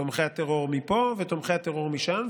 תומכי הטרור מפה ותומכי הטרור משם.